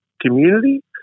community